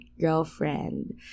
girlfriend